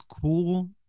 cool